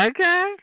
Okay